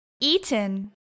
eaten